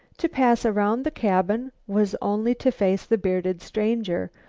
to pass around the cabin was only to face the bearded stranger,